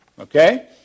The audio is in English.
Okay